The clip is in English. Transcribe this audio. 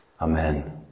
Amen